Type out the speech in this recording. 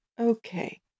Okay